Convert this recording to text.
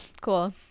Cool